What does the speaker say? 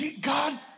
God